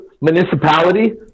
Municipality